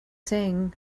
saying